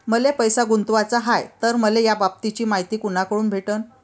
मले पैसा गुंतवाचा हाय तर मले याबाबतीची मायती कुनाकडून भेटन?